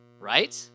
Right